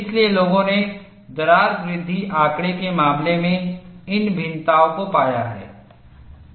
इसलिए लोगों ने दरार वृद्धि आंकड़े के मामले में इन भिन्नताओं को पाया है